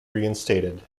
reinstated